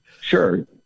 sure